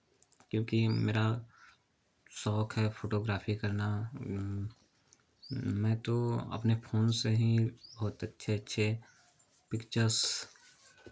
क्योंकि मेरा शौक है फ़ोटोग्राफ़ी करना मैं तो अपने फोन से ही बहुत अच्छे अच्छे पिक्चर्स